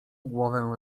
głowę